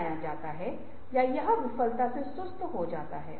इसका मतलब है कि संगठन नवीनीकरण के लिए जाने के इच्छुक नहीं हैं